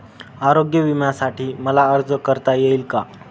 आरोग्य विम्यासाठी मला अर्ज करता येईल का?